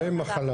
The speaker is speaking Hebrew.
המחלה